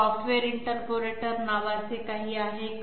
software interpolator नावाचे काही आहे का